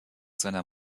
seiner